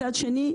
מצד שני,